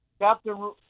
Captain